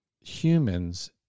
humans